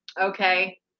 okay